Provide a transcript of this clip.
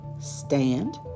stand